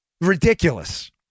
Ridiculous